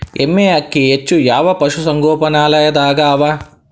ಎಮ್ಮೆ ಅಕ್ಕಿ ಹೆಚ್ಚು ಯಾವ ಪಶುಸಂಗೋಪನಾಲಯದಾಗ ಅವಾ?